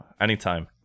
Anytime